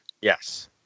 Yes